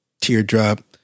teardrop